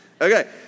Okay